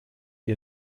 ihr